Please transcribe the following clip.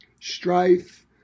strife